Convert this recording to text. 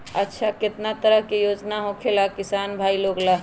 अच्छा कितना तरह के योजना होखेला किसान भाई लोग ला?